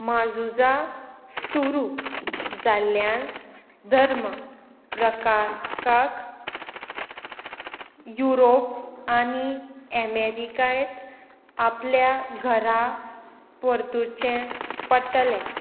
महाझुजां सुरू जाल्ल्यान धर्म प्रकारकाक युरोप आनी अमेरिकांत आपल्या घरा परतुचें पडटलें